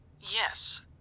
Yes